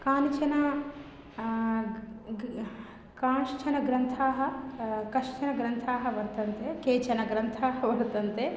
कानिचन ग् ग् कश्चन ग्रन्थाः कश्चन ग्रन्थाः वर्तन्ते केचन ग्रन्थाः वर्तन्ते